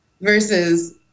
versus